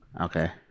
okay